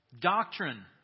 doctrine